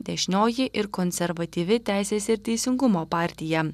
dešinioji ir konservatyvi teisės ir teisingumo partija